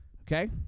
Okay